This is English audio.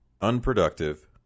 unproductive